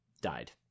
died